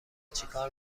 چیکار